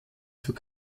zur